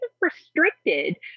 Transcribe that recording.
restricted